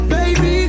Baby